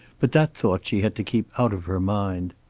but that thought she had to keep out of her mind.